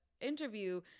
interview